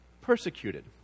persecuted